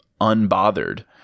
unbothered